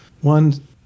one